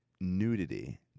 nudity